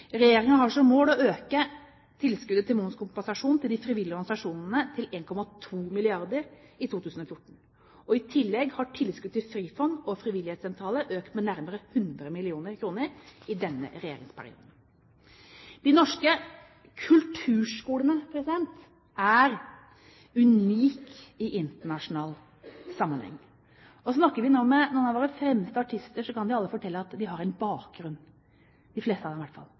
har som mål å øke tilskuddet til momskompensasjon til de frivillige organisasjonene til 1,2 mrd. kr i 2014. I tillegg har tilskudd til Frifond og frivillighetssentraler økt med nærmere 100 mill. kr i denne regjeringsperioden. De norske kulturskolene er unike i internasjonal sammenheng, og snakker vi nå med noen av våre fremste artister, kan de alle fortelle at de har en bakgrunn – de fleste av dem, i hvert fall